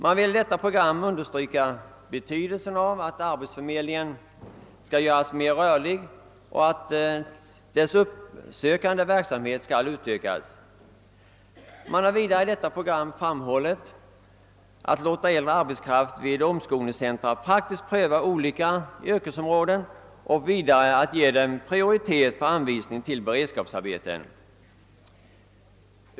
Man vill i detta program understryka betydelsen av att arbetsförmedlingen göres mer rörlig och att dess uppsökande verksamhet utökas. Man har vidare i programmet framhållit betydelsen av att låta äldre arbetskraft vid omskolningscentra praktiskt pröva olika yrkesområden och vidare ge dem prioritet vid anvisning till beredskapsarbeten.